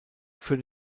für